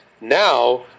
Now